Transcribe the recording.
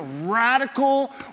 radical